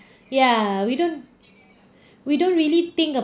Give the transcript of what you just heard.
ya we don't we don't really think